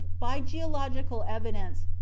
by geological evidence,